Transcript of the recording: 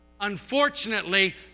Unfortunately